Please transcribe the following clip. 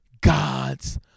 God's